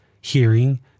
hearing